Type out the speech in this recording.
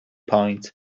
point